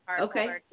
Okay